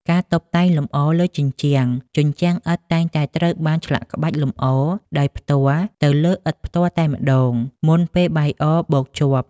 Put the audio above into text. ការតុបតែងលម្អលើជញ្ជាំង ជញ្ជាំងឥដ្ឋតែងតែត្រូវបានឆ្លាក់ក្បាច់លម្អដោយផ្ទាល់ទៅលើឥដ្ឋផ្ទាល់តែម្ដង មុនពេលបាយអរបូកជាប់។